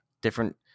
Different